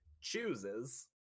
chooses